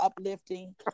uplifting